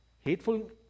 hateful